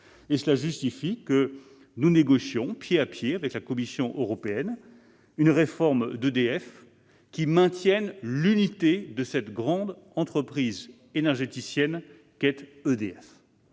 et c'est pourquoi nous négocions pied à pied avec la Commission européenne une réforme d'EDF qui maintienne l'unité de cette grande entreprise énergéticienne. Je veux